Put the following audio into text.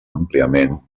àmpliament